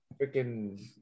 freaking